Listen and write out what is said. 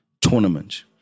tournament